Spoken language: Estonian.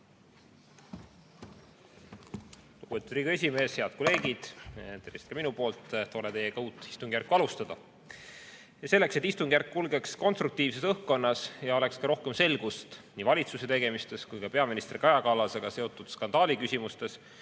Lugupeetud Riigikogu esimees! Head kolleegid, tervist ka minu poolt! Tore teiega uut istungjärku alustada. Ja selleks, et istungjärk kulgeks konstruktiivses õhkkonnas ja oleks ka rohkem selgust nii valitsuse tegemistes kui ka peaminister Kaja Kallasega seotud skandaali küsimustes,